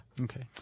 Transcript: Okay